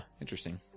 interesting